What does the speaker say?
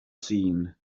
scene